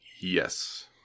Yes